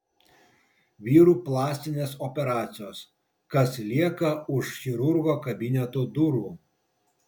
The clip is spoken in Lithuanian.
vyrų plastinės operacijos kas lieka už chirurgo kabineto durų